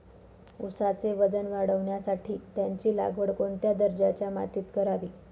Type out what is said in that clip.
ऊसाचे वजन वाढवण्यासाठी त्याची लागवड कोणत्या दर्जाच्या मातीत करावी?